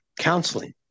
counseling